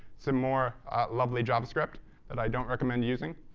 some more lovely javascript that i don't recommend using.